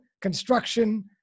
construction